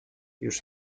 już